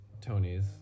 Tony's